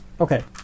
Okay